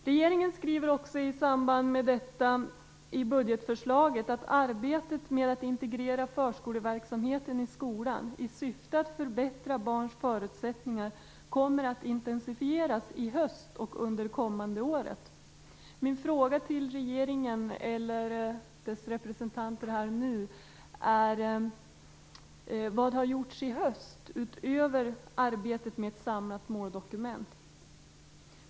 Regeringen skriver också i samband med detta i budgetförslaget att arbetet med att integrera förskoleverksamheten i skolan i syfte att förbättra barns förutsättningar kommer att intensifieras i höst och under det kommande året. Min fråga till regeringen och dess representanter här nu är: Vad har gjorts i höst utöver arbetet med ett samlat måldokument?